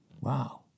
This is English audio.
Wow